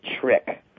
trick